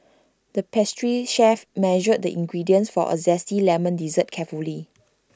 the pastry chef measured the ingredients for A Zesty Lemon Dessert carefully